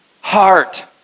heart